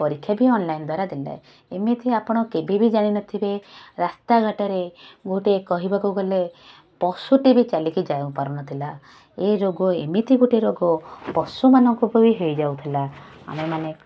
ପରୀକ୍ଷା ବି ଅନଲାଇନ୍ ଦ୍ଵାରା ଦେଲେ ଏମିତି ଆପଣ କେବେ ବି ଜାଣିନଥିବେ ରାସ୍ତାଘାଟରେ ଗୋଟେ କହିବାକୁ ଗଲେ ପଶୁଟେ ବି ଚାଲିକି ଯାଇପାରୁନଥିଲା ଏ ରୋଗ ଏମିତି ଗୋଟେ ରୋଗ ପଶୁମାନଙ୍କୁ ବି ହେଇଯାଉଥିଲା ଆମେମାନେ